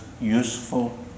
useful